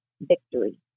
victory